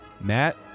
Matt